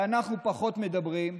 ואנחנו פחות מדברים,